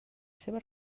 seva